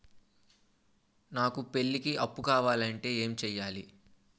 నాకు పెళ్లికి అప్పు కావాలంటే ఏం చేయాలి?